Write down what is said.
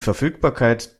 verfügbarkeit